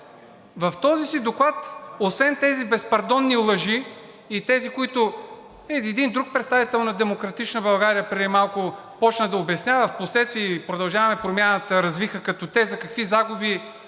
В този си доклад освен тези безпардонни лъжи и тези, които един друг представител на „Демократична България“ преди малко започна да обяснява, впоследствие и „Продължаваме Промяната“ развиха като теза какви загуби